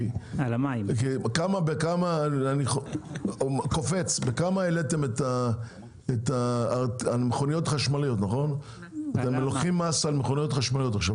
ואני קופץ אתם לוקחים מס על מכוניות חשמליות,